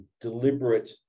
deliberate